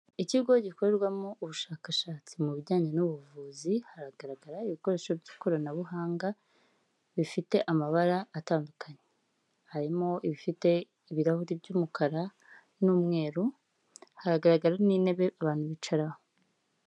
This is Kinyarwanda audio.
Ikigo gikorerwamo ubushakashatsi mu bijyanye n'ubuvuzi, hagaragara ibikoresho by'ikoranabuhanga bifite amabara atandukanye, harimo ibifite ibirahuri by'umukara n'umweru, hagaragara n'intebe abantu bicaraho.